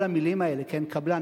כל המלים האלה: קבלן,